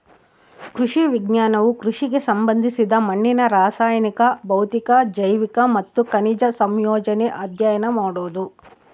ಕೃಷಿ ವಿಜ್ಞಾನವು ಕೃಷಿಗೆ ಸಂಬಂಧಿಸಿದ ಮಣ್ಣಿನ ರಾಸಾಯನಿಕ ಭೌತಿಕ ಜೈವಿಕ ಮತ್ತು ಖನಿಜ ಸಂಯೋಜನೆ ಅಧ್ಯಯನ ಮಾಡೋದು